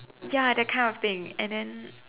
ya that kind of thing and then